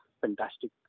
fantastic